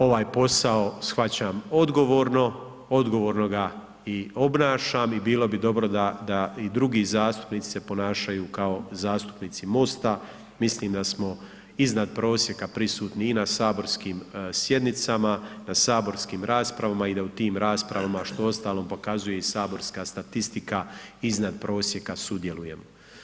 Ovaj posao shvaćam odgovorno, odgovornoga i obnašam i bilo bi dobro da i drugi zastupnici se ponašaju kao zastupnici MOST-a, mislim da smo iznad prosjeka prisutni i na saborskim sjednicama, na saborskim raspravama i da u tim raspravama, što uostalom pokazuje i saborska statistika, iznad prosjeka sudjelujemo.